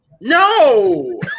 No